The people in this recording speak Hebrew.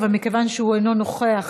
אבל מכיוון שהוא אינו נוכח,